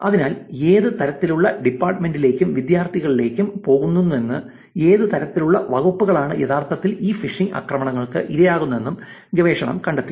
അതിനാൽ ഏത് തരത്തിലുള്ള ഡിപ്പാർട്ട്മെന്റിലേക്കും വിദ്യാർത്ഥികളിലേക്കും പോകുന്നുവെന്നും ഏത് തരത്തിലുള്ള വകുപ്പുകളാണ് യഥാർത്ഥത്തിൽ ഈ ഫിഷിംഗ് ആക്രമണങ്ങൾക്ക് ഇരയാകുന്നതെന്നും ഗവേഷണം കണ്ടെത്തി